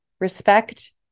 Respect